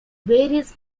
various